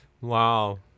Wow